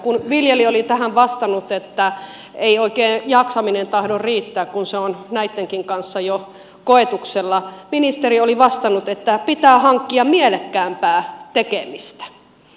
kun viljelijä oli tähän vastannut että ei oikein jaksaminen tahdo riittää kun se on näittenkin kanssa jo koetuksella ministeri oli vastannut että pitää hankkia mielekkäämpää tekemistä